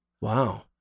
Wow